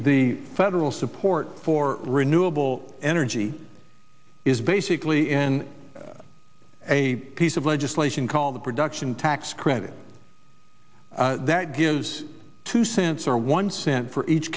the federal support for renewable energy is basically in a piece of legislation called the production tax credit that gives two cents or one cent for each